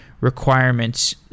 requirements